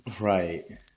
Right